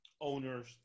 owners